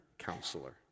counselor